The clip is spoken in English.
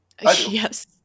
yes